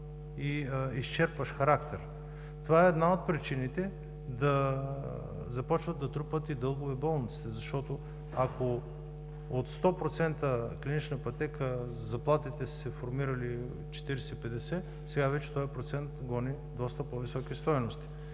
и изчерпващ характер. Това е една от причините болниците да започнат да трупат дългове, защото ако от 100% клинична пътека заплатите са се формирали 40 – 50, сега вече този процент гони доста по-високи стойности.